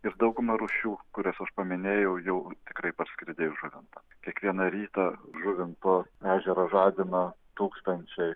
ir dauguma rūšių kurias aš paminėjau jau tikrai parskridę į žuvintą kiekvieną rytą žuvinto ežerą žadiną tūkstančiai